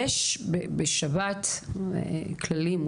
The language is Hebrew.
יש בשבת כללים,